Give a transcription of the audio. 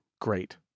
great